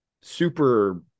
super